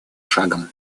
шагом